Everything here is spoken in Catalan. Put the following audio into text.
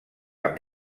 amb